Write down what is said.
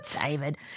David